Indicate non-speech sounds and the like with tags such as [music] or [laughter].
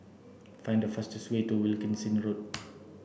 find the fastest way to Wilkinson Road [noise]